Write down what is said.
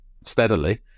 steadily